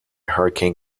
hurricane